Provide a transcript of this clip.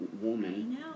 woman